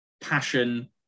passion